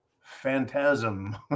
phantasm